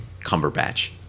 cumberbatch